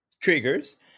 triggers